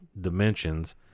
dimensions